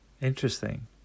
Interesting